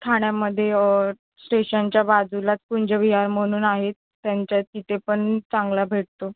ठाण्यामध्ये स्टेशनच्या बाजूलाच कुंजविहार मणून आहे त्यांच्या तिथे पण चांगला भेटतो